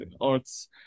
arts